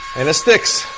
and it sticks.